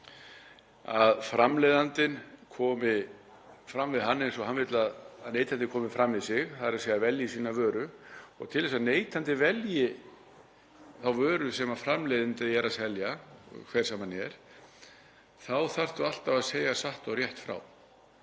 að framleiðandinn komi fram við hann eins og hann vill að neytandinn komi fram við sig, þ.e. velji sína vöru, og til þess að neytendur velji þá vöru sem framleiðandi er að selja, hver sem hann er, þá þarf alltaf að segja satt og rétt frá.